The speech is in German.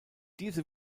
diese